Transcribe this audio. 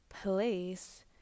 place